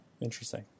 Interesting